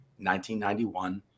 1991